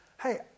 hey